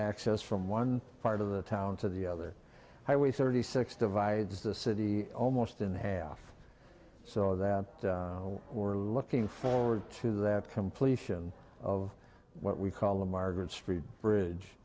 access from one part of the town to the other highway thirty six divides the city almost in half so that we're looking forward to that completion of what we call the margaret street bridge